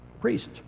priest